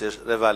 05:45,